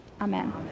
Amen